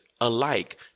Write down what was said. alike